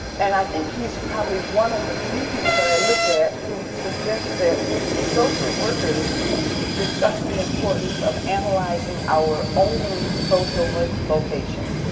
and i think he's probably one of the few people i looked at who suggests that social workers discuss the importance of analyzing our own social like location,